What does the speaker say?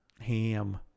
Ham